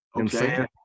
Okay